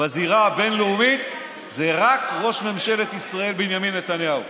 בזירה הבין-לאומית זה רק ראש ממשלת ישראל בנימין נתניהו.